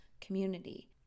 community